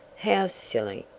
how silly!